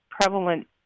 prevalent